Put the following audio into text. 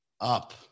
up